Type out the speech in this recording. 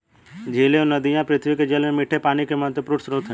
झीलें और नदियाँ पृथ्वी के जल में मीठे पानी के महत्वपूर्ण स्रोत हैं